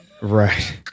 Right